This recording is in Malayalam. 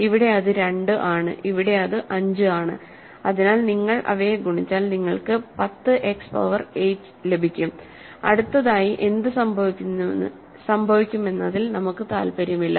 ഇവിടെ ഇത് 2 ആണ് ഇവിടെ ഇത് 5 ആണ് അതിനാൽ നിങ്ങൾ അവയെ ഗുണിച്ചാൽ നിങ്ങൾക്ക് 10 എക്സ് പവർ 8 ലഭിക്കും അടുത്തതായി എന്ത് സംഭവിക്കുമെന്നതിൽ നമുക്ക് താൽപ്പര്യമില്ല